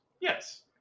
Yes